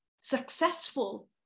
successful